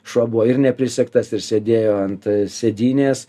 šuo buvo ir neprisegtas ir sėdėjo ant sėdynės